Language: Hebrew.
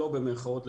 במירכאות,